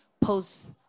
post-